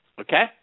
Okay